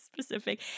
specific